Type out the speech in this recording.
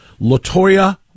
Latoya